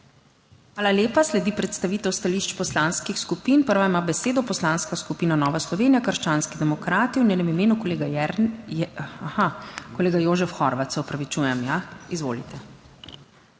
Hvala lepa. Sledi predstavitev stališč poslanskih skupin. Prva ima besedo Poslanska skupina Nova Slovenija - Krščanski demokrati, v njenem imenu kolega Jernej, kolega Jožef Horvat, se opravičujem. Ja, izvolite.